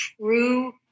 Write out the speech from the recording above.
true